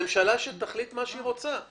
שהממשלה תחליט מה שהיא רוצה.